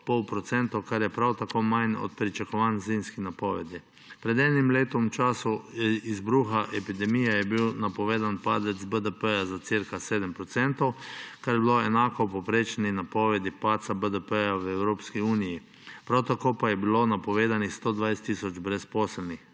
kar je prav tako manj od pričakovanj zimskih napovedi. Pred enim letom – v času izbruha epidemije – je bil napovedan padec BDP za okoli 7 %, kar je bilo enako povprečni napovedi padca BDP v Evropski uniji. Prav tako pa je bilo napovedanih 120 tisoč brezposelnih.